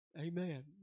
Amen